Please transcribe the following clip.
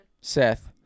Seth